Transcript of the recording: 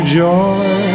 joy